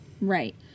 right